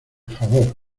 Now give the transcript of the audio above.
favor